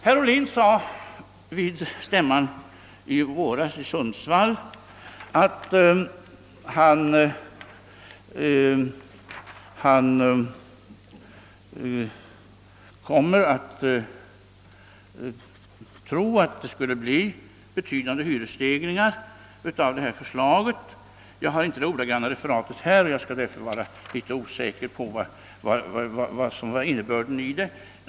Herr Ohlin sade vid folkpartistämman i Sundsvall i våras att han trodde att det skulle komma att bli betydande hyresstegringar som en följd av förslaget om hyresregleringens avskaffande —- jag har inte det ordagranna referatet här och är därför litet osäker på innebörden.